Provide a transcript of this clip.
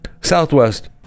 Southwest